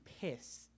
piss